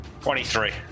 23